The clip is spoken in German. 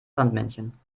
sandmännchen